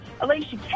Alicia